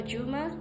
Juma